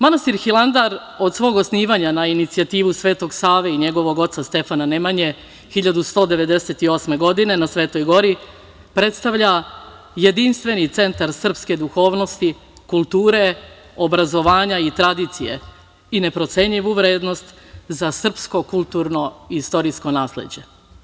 Manastir Hilandar od osnivanja na inicijativu Svetog Save i njegovog oca Stefana Nemanje 1198. godine na Svetoj Gori predstavlja jedinstveni centar srpske duhovnosti, kulture, obrazovanja i tradicije i neprocenjivu vrednost za srpsko kulturno i istorijsko nasleđe.